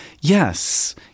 Yes